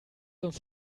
uns